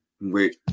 wait